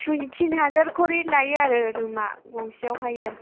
तिन हाजार करि लायो आरो रुमआ गंसेयावहाय